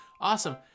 Awesome